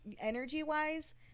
energy-wise